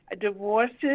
divorces